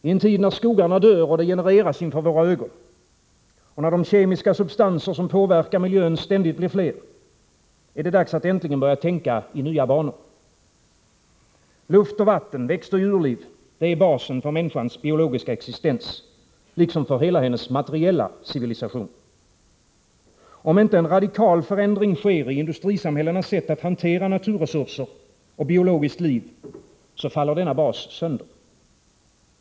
I en tid när skogarna dör och degenereras inför våra ögon, och när de kemiska substanser som påverkar miljön ständigt blir fler, är det dags att äntligen börja tänka i helt nya banor. Luft, vatten, växtoch djurliv är basen för människans biologiska existens liksom för hela hennes materiella civilisation. Om inte en radikal förändring sker i industrisamhällenas sätt att hantera naturresurser och biologiskt liv, faller denna bas sönder.